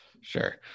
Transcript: Sure